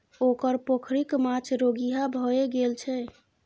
ओकर पोखरिक माछ रोगिहा भए गेल छै